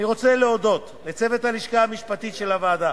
אני רוצה להודות לצוות הלשכה המשפטית של הוועדה.